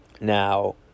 Now